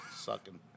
Sucking